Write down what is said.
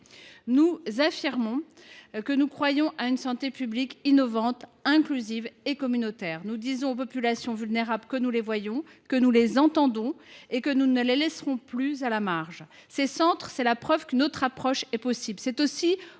nous affirmons que nous croyons à une santé publique innovante, inclusive et communautaire. Nous disons aux populations vulnérables que nous les voyons, que nous les entendons et que nous ne les laisserons plus à la marge. Ces centres sont la preuve qu’une autre approche est possible.